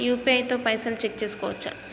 UPI తో పైసల్ check చేసుకోవచ్చా?